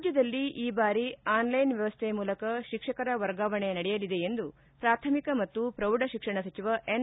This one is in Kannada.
ರಾಜ್ಯದಲ್ಲಿ ಈ ಬಾರಿ ಆನ್ಲೈನ್ ವ್ಯವಸ್ಥೆ ಮೂಲಕ ಶಿಕ್ಷಕರ ವರ್ಗಾವಣೆ ನಡೆಯಲಿದೆ ಎಂದು ಪ್ರಾಥಮಿಕ ಮತ್ತು ಪ್ರೌಢಶಿಕ್ಷಣ ಸಚಿವ ಎನ್